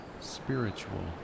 spiritual